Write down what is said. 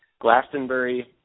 Glastonbury